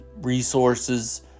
resources